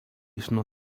sznur